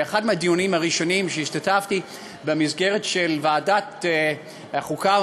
באחד מהדיונים הראשונים שהשתתפתי במסגרת ועדת החוקה,